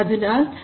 അതിനാൽ 0